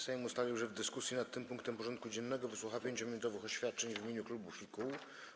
Sejm ustalił, że w dyskusji nad tym punktem porządku dziennego wysłucha 5-minutowych oświadczeń w imieniu klubów i kół.